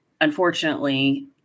Unfortunately